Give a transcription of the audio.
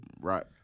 Right